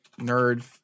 nerd